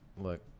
look